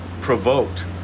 provoked